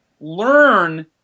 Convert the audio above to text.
learn